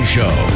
Show